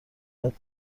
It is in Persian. علت